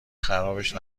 خرابش